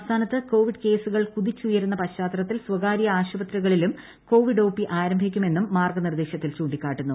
സംസ്ഥാനത്ത് കോവിഡ് കേസുകൾ കുതിച്ചുയരുന്ന പശ്ചാത്തലത്തിൽ സ്വകാര്യ ആശുപത്രികളിലും കൊവിഡ് ഒ പി ആരംഭിക്കണമെന്നും മാർഗ്ഗനിർദ്ദേശത്തിൽ ചൂണ്ടിക്കാട്ടുന്നു